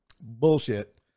bullshit